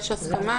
יש הסכמה